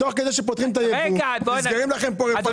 תוך כדי שפותחים את הייבוא נסגרות לכם פה רפתות.